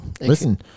listen